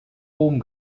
rom